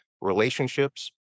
relationships